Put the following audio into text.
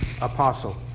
apostle